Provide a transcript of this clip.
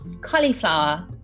cauliflower